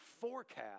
forecast